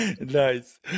Nice